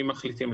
אם מחליטים,